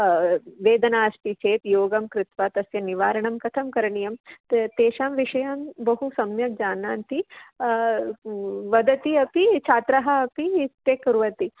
वेदना अस्ति चेत् योगं कृत्वा तस्य निवारणं कथं करणीयं तत् तेषां विषयं बहु सम्यक् जानन्ति वदति अपि छात्राः अपि ते कुर्वन्ति